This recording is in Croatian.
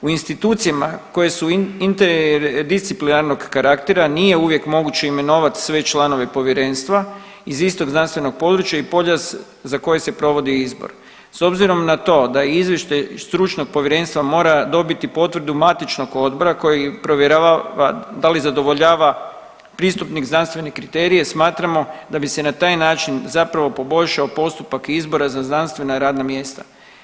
U institucijama koje su interdisciplinarnog karaktera nije uvijek moguće imenovat sve članove povjerenstva iz istog znanstvenog područja i polja za koje se provodi izbor s obzirom na to da izvještaj stručnog povjerenstva mora dobiti potvrdu matičnog odbora koji provjerava da li zadovoljava pristupnik znanstvene kriterije smatramo da bi se na taj način zapravo poboljšao postupak izbora za znanstvena radna mjesta.